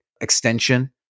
extension